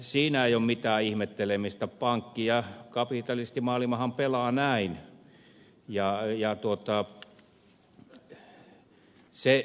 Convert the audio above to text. siinä ei ole mitään ihmettelemistä pankki ja kapitalistimaailmahan pelaa näin